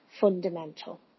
fundamental